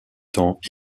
temps